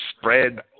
spread